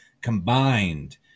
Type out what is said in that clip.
combined